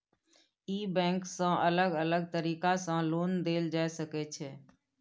ई bank सँ अलग अलग तरीका सँ लोन देल जाए सकै छै